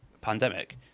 pandemic